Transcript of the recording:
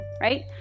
right